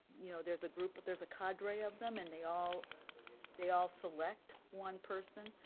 you know there's a group but there's a cadre of them and they all they all select one person.